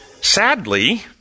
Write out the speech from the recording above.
Sadly